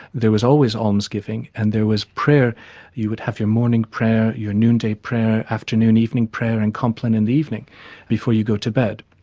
there was always alms giving and there was prayer you would have your morning prayer, your noon-day prayer, afternoon, evening prayer and compline in the evening before you go to bed.